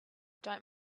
don’t